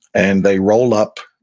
and they roll up.